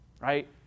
right